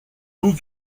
vous